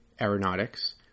aeronautics